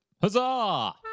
Huzzah